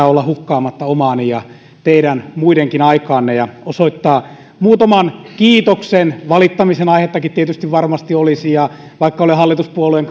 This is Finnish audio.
olla hukkaamatta omaani ja teidän muidenkin aikaa ja osoittaa muutaman kiitoksen valittamisen aihettakin tietysti varmasti olisi ja vaikka olen hallituspuolueen